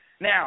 Now